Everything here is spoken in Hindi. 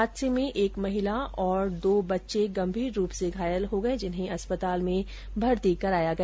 हादसे में एक महिला और दो बच्चे गंभीर रूप से घायल हो गये जिन्हें अस्पताल में भर्ती कराया गया